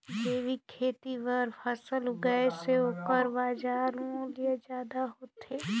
जैविक खेती बर फसल उगाए से ओकर बाजार मूल्य ज्यादा होथे